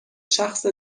شخص